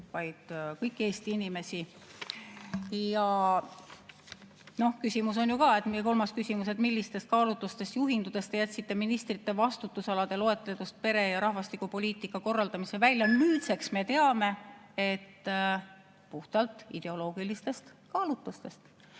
vaid kõiki Eesti inimesi. Küsimus on ju ka – see on meie kolmas küsimus –, millistest kaalutlustest juhindudes te jätsite ministrite vastutusalade loetelust pere‑ ja rahvastikupoliitika korraldamise välja. Nüüdseks me teame, et puhtalt ideoloogilistest kaalutlustest